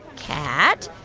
cat,